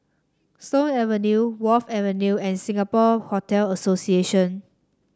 Stone Avenue Wharf Avenue and Singapore Hotel Association